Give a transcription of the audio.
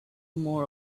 more